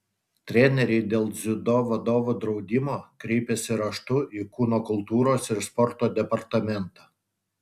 treneriai dėl dziudo vadovų draudimo kreipėsi raštu į kūno kultūros ir sporto departamentą